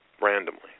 randomly